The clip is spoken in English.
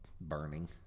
burning